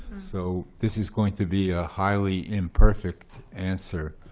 so this is going to be a highly imperfect answer.